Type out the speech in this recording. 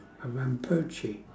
a rinpoche